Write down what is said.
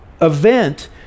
event